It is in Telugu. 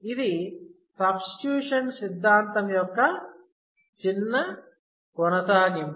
ఇది సబ్స్టిట్యూషన్ సిద్ధాంతం యొక్క చిన్న కొనసాగింపు